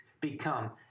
become